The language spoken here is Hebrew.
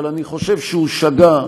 אבל אני חושב שהוא שגה.